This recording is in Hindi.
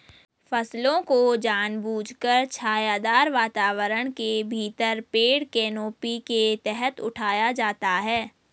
फसलों को जानबूझकर छायादार वातावरण के भीतर पेड़ कैनोपी के तहत उठाया जाता है